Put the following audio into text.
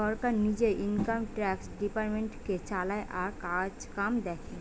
সরকার নিজে income tax ডিপার্টমেন্টটাকে চালায় আর কাজকাম দেখে